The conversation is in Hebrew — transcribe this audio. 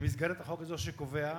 במסגרת החוק הזה שקובע,